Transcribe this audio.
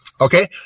Okay